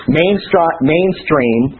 mainstream